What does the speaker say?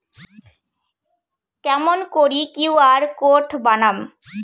কেমন করি QR code বানাম?